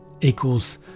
equals